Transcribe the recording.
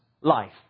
life